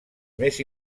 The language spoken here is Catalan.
més